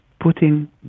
putting